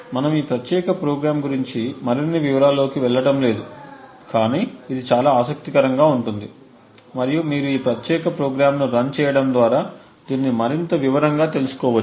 మనము ఈ ప్రత్యేక ప్రోగ్రామ్ గురించి మరిన్ని వివరాల్లోకి వెళ్లటం లేదు కానీ ఇది చాలా ఆసక్తికరంగా ఉంటుంది మరియు మీరు ఈ ప్రత్యేక ప్రోగ్రామ్ను రన్ చేయటం ద్వారా దీన్ని మరింత వివరంగా తెలుసుకోవచ్చు